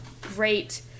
great